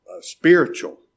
spiritual